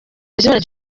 bizimana